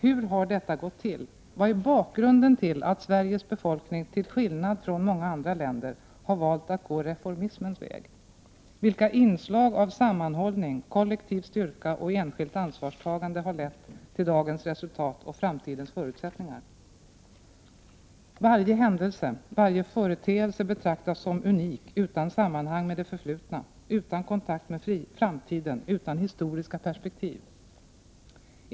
Hur har då detta gått till? Vad är bakgrunden till att Sveriges befolkning, till skillnad från många andra länder, har valt att gå reformismens väg? Vilka inslag av sammanhållning, kollektiv styrka och enskilt ansvarstagande har lett till dagens resultat och framtidens förutsättningar? Varje händelse, varje företeelse, betraktas som unik, utan sammanhang med det förflutna, utan kontakt med framtiden, utan historiska perspektiv.